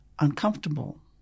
uncomfortable